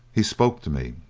he spoke to me.